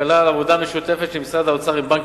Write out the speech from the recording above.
שכלל עבודה משותפת של משרד ראש האוצר עם בנק